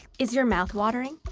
is your mouth watering?